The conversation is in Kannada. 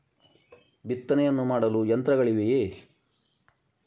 ಬಿತ್ತನೆಯನ್ನು ಮಾಡಲು ಯಂತ್ರಗಳಿವೆಯೇ?